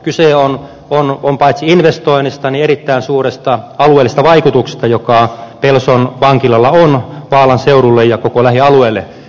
kyse on paitsi investoinnista myös erittäin suuresta alueellisesta vaikutuksesta joka pelson vankilalla on vaalan seudulle ja koko lähialueelle